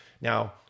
Now